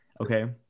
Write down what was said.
Okay